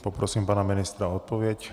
Poprosím pana ministra o odpověď.